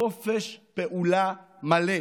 חופש פעולה מלא.